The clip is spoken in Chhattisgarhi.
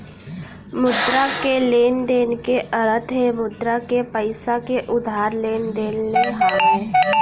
मुद्रा के लेन देन के अरथ हे मुद्रा के पइसा के उधार लेन देन ले हावय